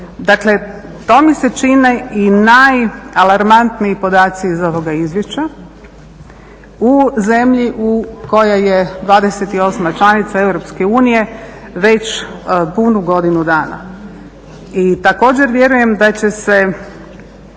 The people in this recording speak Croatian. Dakle, to mi se čini i najalarmantniji podaci iz ovoga izvješća u zemlji u kojoj je 28 članica EU već puno godinu dana. I također vjerujem da će se